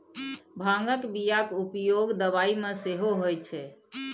भांगक बियाक उपयोग दबाई मे सेहो होए छै